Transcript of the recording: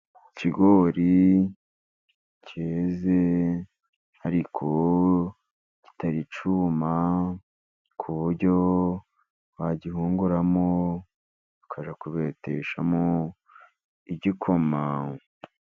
Ikigori cyeze ariko kitari cyuma ku buryo wagihunguramo, ukakibeteshamo igikoma.